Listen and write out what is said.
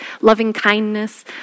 loving-kindness